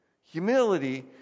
Humility